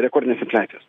rekordinės infliacijos